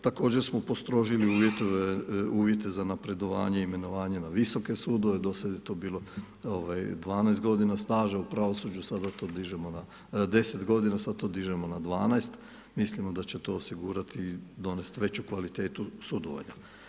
Također smo postrožili uvjete za napredovanje i imenovanje na visoke sudove, do sad je to bilo 12 godina staža u pravosuđu, sada to dižemo, 10 godina, sad to dižemo na 12, mislimo da će to osigurati, donest veću kvalitetu sudovanja.